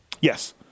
Yes